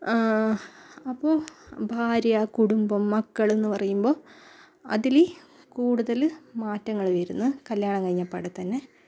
അപ്പോൾ ഭാര്യ കുടുംബം മക്കൾ എന്ന് പറയുമ്പോൾ അതിൽ കൂടുതൽ മാറ്റങ്ങൾ വരുന്നു കല്യാണം കഴിഞ്ഞപാടെ തന്നെ